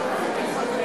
מה קרה?